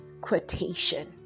quotation